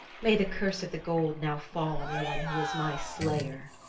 may the curse of the gold now fall on the one who is my slayer.